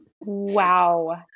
Wow